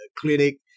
clinic